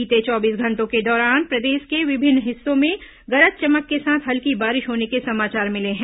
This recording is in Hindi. बीते चौबीस घंटों के दौरान प्रदेश के विभिन्न हिस्सों में गरज चमक के साथ हल्की बारिश होने के समाचार मिले हैं